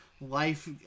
life